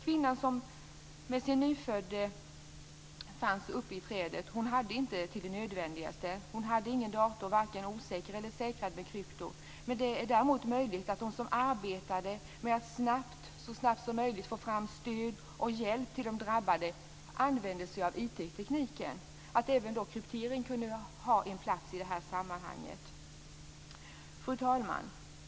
Kvinnan som med sin nyfödda fanns uppe i trädet hade inte till det nödvändigaste. Hon hade ingen dator, varken osäker eller säkrad med krypto. Men det är däremot möjligt att de som arbetade med att så snabbt som möjligt få fram stöd och hjälp till de drabbade använde sig av IT-tekniken. Även kryptering kan ha en plats i det sammanhanget. Fru talman!